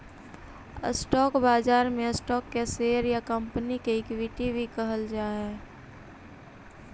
stock बाजार में stock के शेयर या कंपनी के इक्विटी भी कहल जा हइ